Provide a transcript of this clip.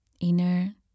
inner